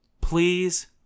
Please